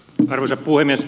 arvoisa puhemies